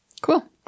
cool